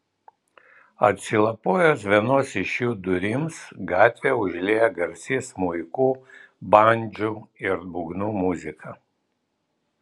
atsilapojus vienos iš jų durims gatvę užlieja garsi smuikų bandžų ir būgnų muzika